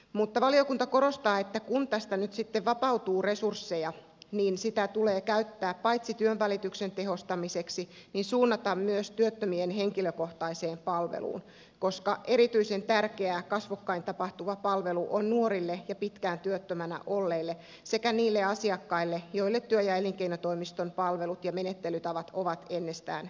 mutta valiokunta korostaa että kun tästä nyt vapautuu resursseja niin niitä tulee paitsi käyttää työnvälityksen tehostamiseksi myös suunnata työttömien henkilökohtaiseen palveluun koska erityisen tärkeää kasvokkain tapahtuva palvelu on nuorille ja pitkään työttömänä olleille sekä niille asiakkaille joille työ ja elinkeinotoimiston palvelut ja menettelytavat ovat ennestään vieraita